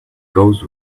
goes